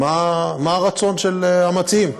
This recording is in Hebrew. מה רצון המציעים?